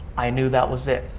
i knew that was it.